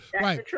Right